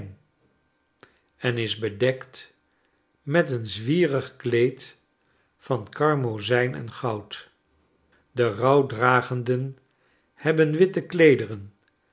en is bedekt met een zwierig kleed van karmozijn en goud de rouwdragenden hebben witte kleederen